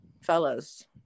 fellas